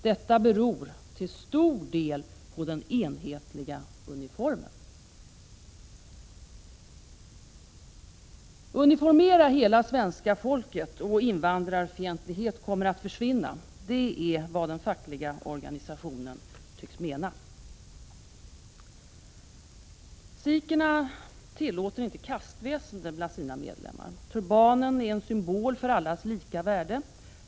Detta beror till stor del på den enhetliga uniformen. Uniformera hela svenska folket, och invandrarfientlighet kommer att försvinna. Det är vad den fackliga organisationen tycks mena. Sikherna tillåter inte kastväsende bland sina medlemmar. Turbanen är en symbol för allas lika värde.